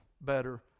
better